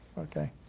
Okay